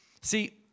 See